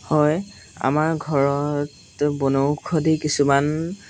হয় আমাৰ ঘৰত বনৌষধি কিছুমান